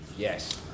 Yes